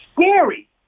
scary